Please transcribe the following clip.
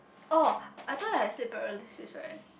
orh I told you I have sleep paralysis right